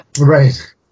Right